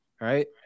Right